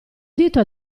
dito